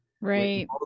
Right